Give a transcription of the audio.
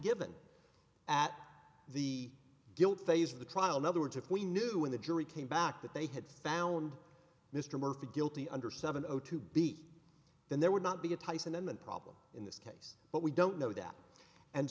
given at the guilt phase of the trial in other words if we knew when the jury came back that they had found mr murphy guilty under seven zero to be then there would not be a tyson and problem in this case but we don't know that and